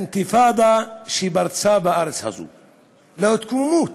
לאינתיפאדה שפרצה בארץ הזאת, להתקוממות,